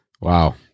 Wow